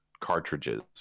cartridges